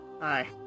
Hi